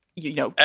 you know,